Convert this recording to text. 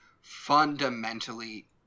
fundamentally